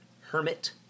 Hermit